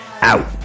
Out